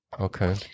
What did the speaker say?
Okay